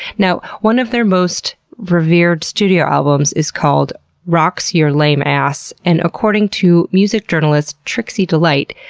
now, one of their most revered studio albums is called rocks your lame ass, and according to music journalist trixie delight,